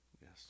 Yes